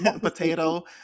potato